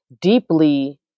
deeply